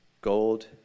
gold